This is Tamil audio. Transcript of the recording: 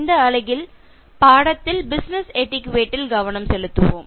இந்த அலகில் பாடத்தில் பிசினஸ் எட்டிக்யுட்டே வில் கவனம் செலுத்துவோம்